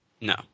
No